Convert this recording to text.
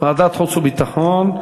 ועדת חוץ וביטחון.